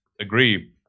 agree